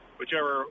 whichever